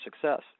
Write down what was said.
success